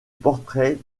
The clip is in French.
portrait